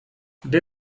gdy